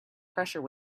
pressure